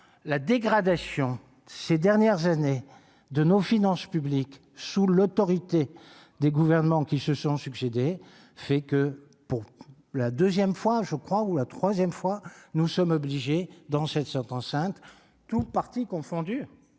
la dégradation ces dernières années de nos finances publiques sous l'autorité des gouvernements qui se sont succédé, fait que pour la deuxième fois, je crois, ou la 3ème fois nous sommes obligés dans sont enceintes, tous partis confondus,